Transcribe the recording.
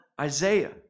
Isaiah